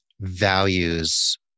values